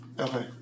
Okay